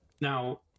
now